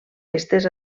estès